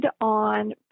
on